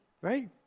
right